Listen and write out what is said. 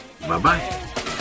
bye-bye